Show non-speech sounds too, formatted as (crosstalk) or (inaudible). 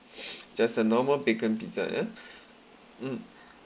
(noise) just a normal bacon pizza ya mm